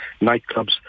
Nightclubs